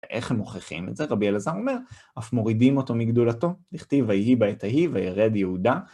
איך הם מוכיחים את זה? רבי אלעזר אומר: "אף מורידין אותו מגדולתו, דכתיב. ויהי בעת ההיא וירד יהודה ..."